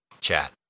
chat